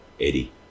Eddie